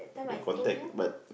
you contact but